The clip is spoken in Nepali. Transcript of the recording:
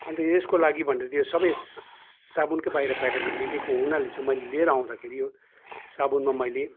अन्त यसको लागि भनेर यो सबै साबुनकै बाहिर प्याकेटमा लेखेको हुनाले चाहिँ मैले लिएर आउँदाखेरि यो साबुनमा मैले